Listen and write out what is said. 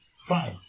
fine